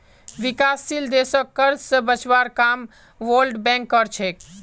विकासशील देशक कर्ज स बचवार काम वर्ल्ड बैंक कर छेक